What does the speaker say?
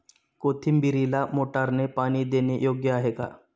कोथिंबीरीला मोटारने पाणी देणे योग्य आहे का?